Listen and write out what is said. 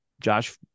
Josh